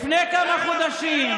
לפני כמה חודשים,